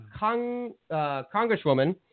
congresswoman